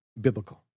biblical